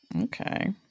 Okay